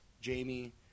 Jamie